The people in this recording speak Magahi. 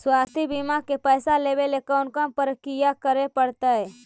स्वास्थी बिमा के पैसा लेबे ल कोन कोन परकिया करे पड़तै?